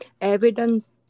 evidence